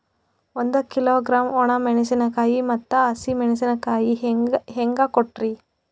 ಒಂದ ಕಿಲೋಗ್ರಾಂ, ಒಣ ಮೇಣಶೀಕಾಯಿ ಮತ್ತ ಹಸಿ ಮೇಣಶೀಕಾಯಿ ಹೆಂಗ ಕೊಟ್ರಿ?